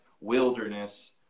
wilderness